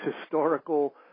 historical